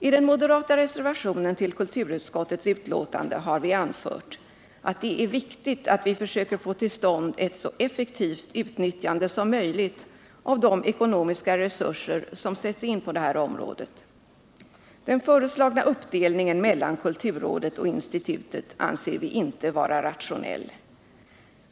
I den moderata reservationen till kulturutskottets betänkande har vi anfört att det är viktigt att vi försöker få till stånd ett så effektivt utnyttjande som möjligt av de ekonomiska resurser som sätts in på det här området. Den föreslagna uppdelningen mellan kulturrådet och institutet anser vi inte vara rationell.